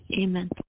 Amen